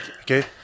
okay